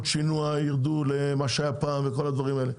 השינוע יירדו למה שהיה פעם וכל הדברים האלה,